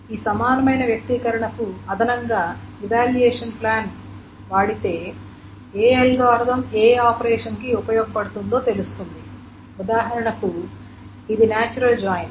ఈ సమానమైన వ్యక్తీకరణకు అదనంగా ఇవాల్యూయేషన్ ప్లాన్ వాడినచో ఏ అల్గోరిథం ఏ ఆపరేషన్ కి ఉపయోగ పడుతుందో తెలుస్తుంది ఉదాహరణకు ఇది నాచురల్ జాయిన్